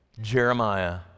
Jeremiah